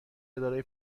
اداره